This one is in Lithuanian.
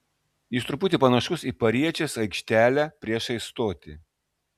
jis truputį panašus į pariečės aikštelę priešais stotį